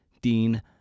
Dean